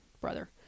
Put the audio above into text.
brother